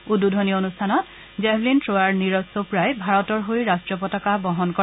উদ্বোধনী অনুষ্ঠানত জেভলিন থোৱাৰ নিৰজ চোপ্ৰাই ভাৰতৰ ৰাষ্ট্ৰীয় পতাকা বহন কৰে